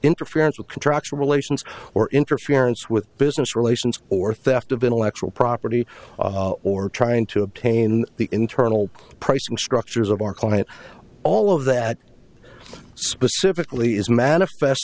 interference of contractual relations or interference with business relations or theft of intellectual property or trying to obtain the internal pricing structures of our client all of that specifically is manifest